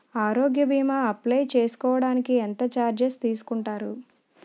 ఆరోగ్య భీమా అప్లయ్ చేసుకోడానికి ఎంత చార్జెస్ తీసుకుంటారు?